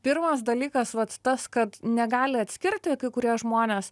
pirmas dalykas vat tas kad negali atskirti kai kurie žmonės